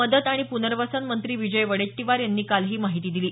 मदत आणि पुनर्वसन मंत्री विजय वडेट्टीवार यांनी काल ही माहिती दिली